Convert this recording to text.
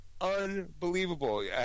unbelievable